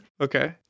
Okay